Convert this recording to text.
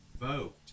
vote